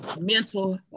mental